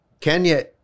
Kenya